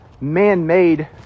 man-made